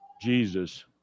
Jesus